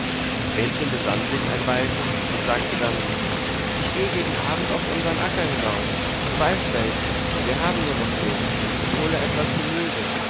vrenchen besann sich ein weilchen und sagte dann ich geh gegen abend auf unsern acker hinaus du weißt welchen wir haben nur noch den und hole etwas gemüse